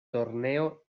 torneo